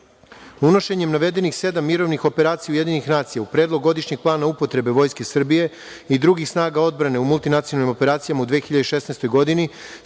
navedenih sedam mirovnih operacija UN u Predlog godišnjeg plana upotrebe Vojske Srbije i drugih snaga odbrane u multinacionalnim operacijama u 2016. godini